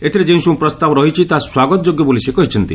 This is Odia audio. ଏଥିରେ ଯେଉଁସବୁ ପ୍ରସ୍ତାବ ରହିଛି ତାହା ସ୍ୱାଗତଯୋଗ୍ୟ ବୋଲି ସେ କହିଛନ୍ତି